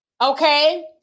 okay